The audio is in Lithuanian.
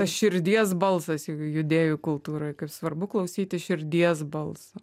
širdies balsas ju judėjų kultūroj kaip svarbu klausytis širdies balso